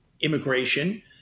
immigration